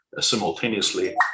simultaneously